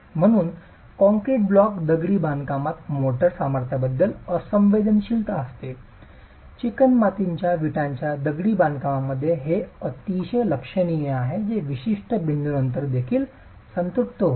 म्हणूनच concrete block दगडी बांधकामात मोर्टार सामर्थ्याबद्दल असंवेदनशीलता असते तर चिकणमातीच्या विटांच्या दगडी बांधकामामध्ये हे अगदी लक्षणीय आहे जे विशिष्ट बिंदूनंतर देखील संतृप्त होते